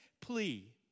plea